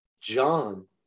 John